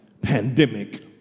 pandemic